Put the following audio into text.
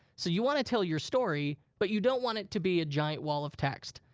so you wanna tell your story, but you don't want it to be a giant wall of text.